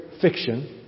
fiction